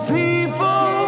people